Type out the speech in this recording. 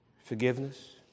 forgiveness